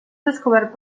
descobert